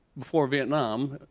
before vietnam.